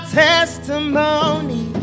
testimony